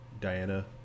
Diana